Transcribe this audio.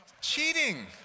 Cheating